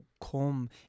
come